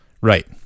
right